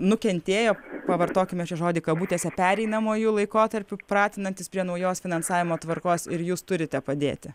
nukentėjo pavartokime čia žodį kabutėse pereinamuoju laikotarpiu pratinantis prie naujos finansavimo tvarkos ir jūs turite padėti